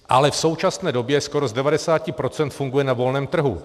Ale v současné době skoro z devadesáti procent funguje na volném trhu.